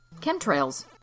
chemtrails